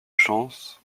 chance